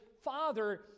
father